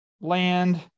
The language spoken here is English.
land